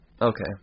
Okay